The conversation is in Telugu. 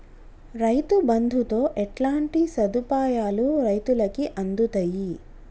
రైతు బంధుతో ఎట్లాంటి సదుపాయాలు రైతులకి అందుతయి?